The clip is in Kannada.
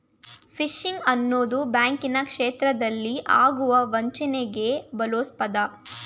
ಫಿಶಿಂಗ್ ಅನ್ನೋದು ಬ್ಯಾಂಕಿನ ಕ್ಷೇತ್ರದಲ್ಲಿ ಆಗುವ ವಂಚನೆಗೆ ಬಳ್ಸೊ ಪದ